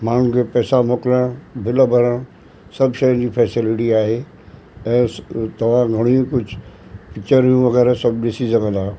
माण्हुनि के पैसा मोकलाइणु बिल भरणु सभु शयुनि जी फैसेलिटी आहे ऐं स तव्हां घणेई कुझु पिकिचरूं वग़ैरह ॾिसी सघंदा आहियो